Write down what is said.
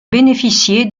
bénéficié